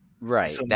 right